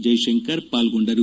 ಜೈಶಂಕರ್ ಪಾಲ್ಗೊಂಡರು